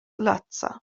laca